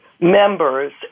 members